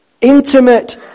intimate